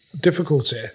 difficulty